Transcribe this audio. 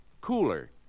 Cooler